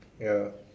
ya